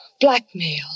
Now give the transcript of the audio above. Blackmail